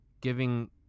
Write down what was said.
giving